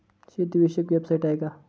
शेतीविषयक वेबसाइट आहे का?